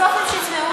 בסוף הם שכנעו אותי.